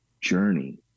journey